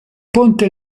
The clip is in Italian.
ponte